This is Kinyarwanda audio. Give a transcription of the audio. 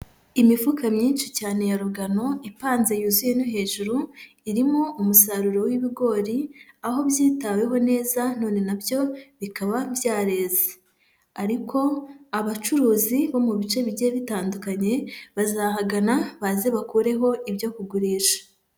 Imifuka myinshi cyane ya rugano ipanze yuzuye no hejuru irimo umusaruro w'ibigori, aho byitaweho neza none na byo bikaba byareze; ariko abacuruzi bo mu bice bice bitandukanye bazahagana, maze baze bakureho ibyo kugurisha.